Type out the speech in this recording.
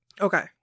Okay